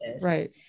Right